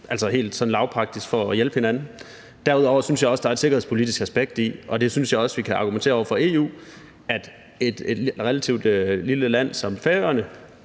altså helt sådan lavpraktisk for at hjælpe hinanden. Derudover synes jeg også, at der er et sikkerhedspolitisk aspekt i – og det synes jeg også vi kan argumentere med over for EU – at et relativt lille land som Færøerne